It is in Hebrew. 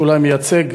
שאולי מייצג